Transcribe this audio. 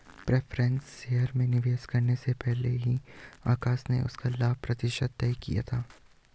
preference shares में निवेश से पहले ही आकाश ने उसका लाभ प्रतिशत तय किया था